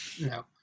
No